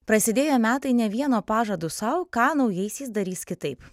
prasidėjo metai ne vienu pažadu sau ką naujaisiais darys kitaip